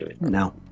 no